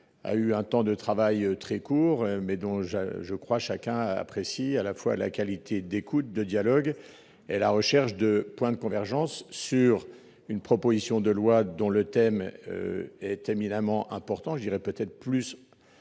A eu un temps de travail très court mais dont je je crois chacun apprécie à la fois la qualité d'écoute, de dialogue et la recherche de points de convergences sur une proposition de loi dont le thème. Est éminemment important je dirais peut-être plus. Encore